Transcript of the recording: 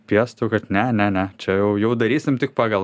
piestu kad ne ne ne čia jau jau darysim tik pagal